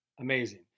Amazing